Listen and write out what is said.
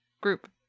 group